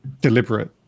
deliberate